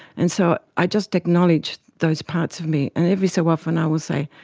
and so i just acknowledge those parts of me. and every so often i will say,